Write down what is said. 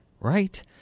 right